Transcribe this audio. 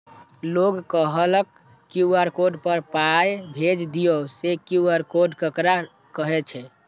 लोग कहलक QR code पर पाय भेज दियौ से क्यू.आर कोड ककरा कहै छै?